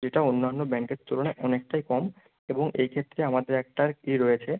যেটা অন্যান্য ব্যাংকের তুলনায় অনেকটাই কম এবং এই ক্ষেত্রে আমাদের একটা ইয়ে রয়েছে